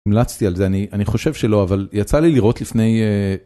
המלצתי על זה, אני חושב שלא, אבל יצא לי לראות לפני.